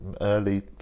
early